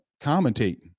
commentating